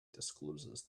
discloses